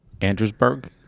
Andrewsburg